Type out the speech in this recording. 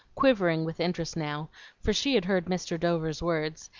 quivering with interest now for she had heard mr. dover's words,